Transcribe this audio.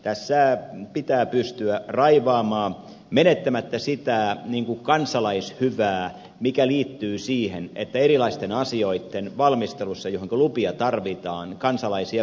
tässä pitää pystyä raivaamaan menettämättä sitä kansalaishyvää mikä liittyy siihen että erilaisten asioitten joihin lupia tarvitaan valmistelussa kansalaisia kuullaan